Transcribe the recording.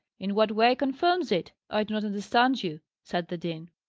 in what way confirms it? i do not understand you, said the dean.